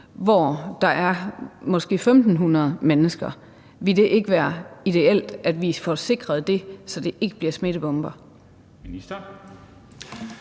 hvor der er måske 1.500 mennesker? Ville det ikke være ideelt, at vi får sikret småøerne, så de ikke bliver smittebomber? Kl.